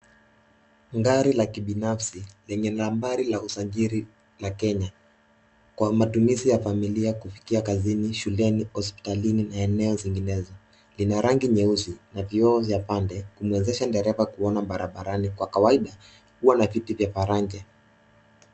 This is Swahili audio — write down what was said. Gari la kibinafsi lenye nambari la usajili la Kenya, kwa matumizi ya familia kufikia kazini, shuleni, hospitalini na eneo zinginezo. Lina rangi nyeusi na vioo vya pande kumwezesha dereva kuona barabarani, kwa kawaida uwa na viti vya faraja.